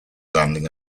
landing